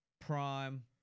Prime